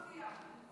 כמה מפתיע.